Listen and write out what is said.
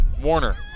Warner